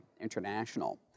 International